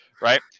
right